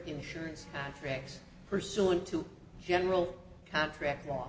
insurance pursuant to general contract law